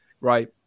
right